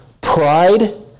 pride